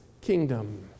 kingdom